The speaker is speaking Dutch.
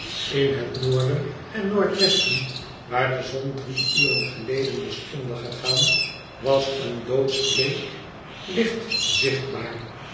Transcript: in het noorden en noordwesten waar de zon drie uren geleden was ondergegaan was een doodsch bleek licht zichtbaar